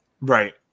right